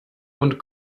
und